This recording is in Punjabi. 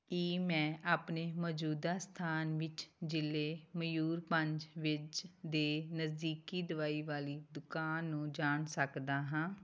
ਕੀ ਮੈਂ ਆਪਣੇ ਮੌਜੂਦਾ ਸਥਾਨ ਵਿੱਚ ਜ਼ਿਲ੍ਹੇ ਮਯੂਰਭੰਜ ਵਿੱਚ ਦੇ ਨਜ਼ਦੀਕੀ ਦਵਾਈ ਵਾਲੀ ਦੁਕਾਨ ਨੂੰ ਜਾਣ ਸਕਦਾ ਹਾਂ